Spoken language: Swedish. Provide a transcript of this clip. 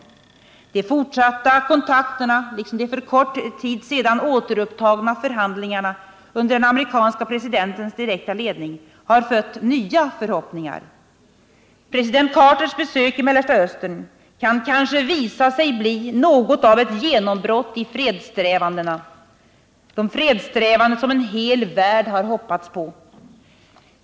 De fortsatta kontakterna, liksom de för kort tid sedan återupptagna förhandlingarna under den amerikanske presidentens direkta ledning, har fött nya förhoppningar. President Carters besök i Mellersta Östern kan kanske visa sig bli något av ett genombrott i de fredssträvanden som en hel värld har hoppats på.